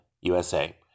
USA